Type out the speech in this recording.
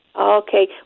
Okay